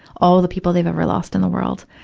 all the people they've ever lost in the world.